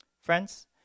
Friends